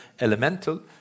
elemental